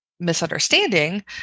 misunderstanding